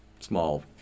small